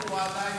--- הוא עדיין